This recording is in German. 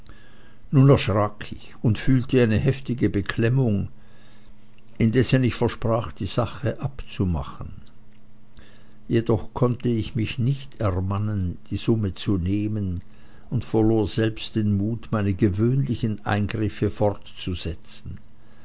nun erschrak ich und fühlte eine heftige beklemmung indessen ich versprach die sache abzumachen jedoch konnte ich mich nicht ermannen die summe zu nehmen und verlor selbst den mut meine gewöhnlichen eingriffe fortzusetzen